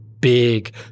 big